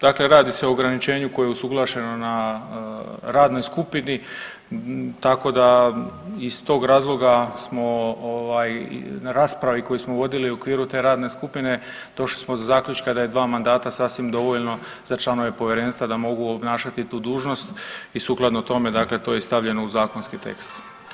Dakle, radi se o ograničenju koje je usuglašeno na radnoj skupini, tako da iz tog razloga smo ovaj na raspravi koju smo vodili u okviru te radne skupine došli smo do zaključka da je dva mandata sasvim dovoljno za članove povjerenstva da mogu obnašati tu dužnost i sukladno tome, dakle to je i stavljeno u zakonski tekst.